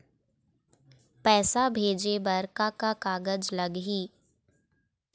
पैसा भेजे बर का का कागज लगही?